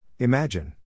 Imagine